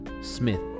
Smith